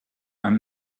and